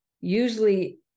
usually